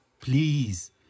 Please